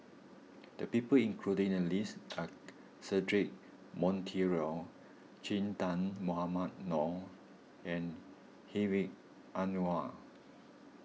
the people included in the list are Cedric Monteiro Che Dah Mohamed Noor and Hedwig Anuar